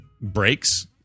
breaks